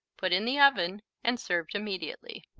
put in the oven and served immediately.